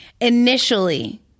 initially